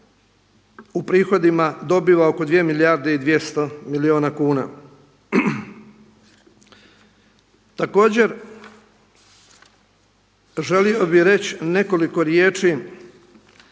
u prihodima dobiva oko 2 milijarde i 200 milijuna kuna. Također želio bih reći nekoliko riječi,